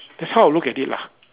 that's how I look at it lah